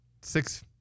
six